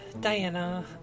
Diana